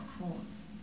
cause